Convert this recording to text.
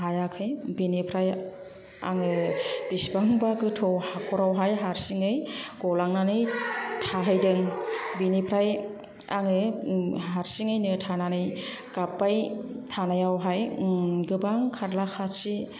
हायाखै बिनिफ्राय आङो बेसिबांबा गोथौ हाखरावहाय हारसिङै गलांनानै थाहैदों बिनिफ्राय आङो हारसिङैनो थानानै गाबबाय थानायावहाय गोबां खारला खारसि